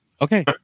okay